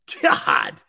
God